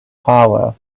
power